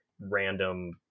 random